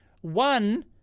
one